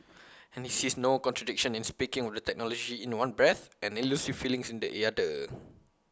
and he sees no contradiction in speaking of technology in one breath and elusive feelings in the other